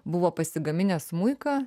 buvo pasigaminęs smuiką